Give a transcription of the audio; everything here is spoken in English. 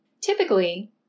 Typically